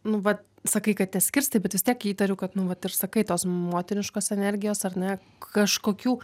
nu vat sakai kad neskirstai bet vis tiek įtariu kad nu vat ir sakai tos motiniškos energijos ar ne kažkokių